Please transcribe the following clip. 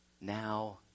now